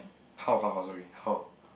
how how how sorry how